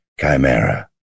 Chimera